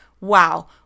wow